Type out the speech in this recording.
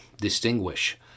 distinguish